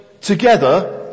together